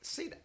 See